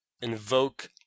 invoke